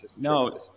no